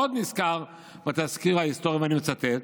עוד נכתב בתזכיר ההיסטורי, ואני מצטט: